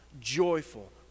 joyful